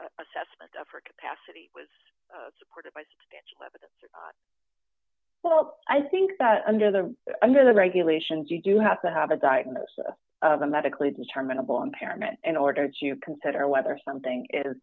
the assessment of her capacity was supported by substantial evidence well i think that under the under the regulations you do have to have a diagnosis of a medically determinable impairment in order to consider whether something is